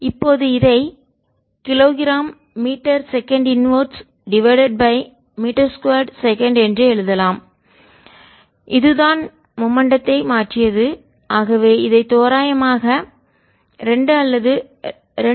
இப்போது இதை kgms 1m2s என்று எழுதலாம் இதுதான் மூமென்டத்தை வேகத்தை மாற்றியது ஆகவே இதை தோராயமாக 2 அல்லது 2